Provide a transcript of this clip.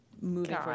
Moving